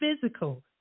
physical